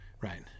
right